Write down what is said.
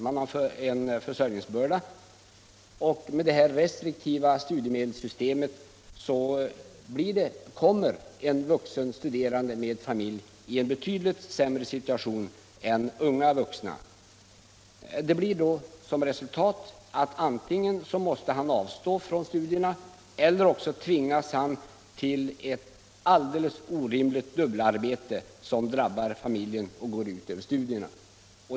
Man har försörjningsbörda, och med detta restriktiva studiemedelssystem kommer en vuxenstuderande med familj i en betydligt sämre sitution än unga studerande. Resultatet blir då antingen att han måste avstå från studierna eller att han tvingas till ett orimligt dubbelarbete som drabbar familjen och går ut över studierna.